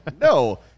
No